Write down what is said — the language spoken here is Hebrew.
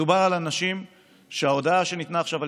מדובר על אנשים שההודעה שניתנה עכשיו על